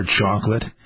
chocolate